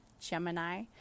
Gemini